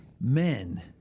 Men